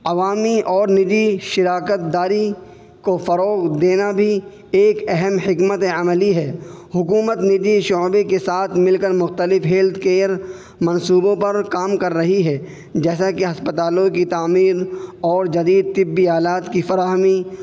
عوامی اور نجی شراکت داری کو فروغ دینا بھی ایک اہم حکمت عملی ہے حکومت نجی شعبے کے ساتھ مل کر مختلف ہیلتھ کیئر منصوبوں پر کام کر رہی ہے جیسا کہ ہسپتالوں کی تعمیر اور جدید طبی آلات کی فراہمی